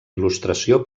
il·lustració